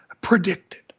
predicted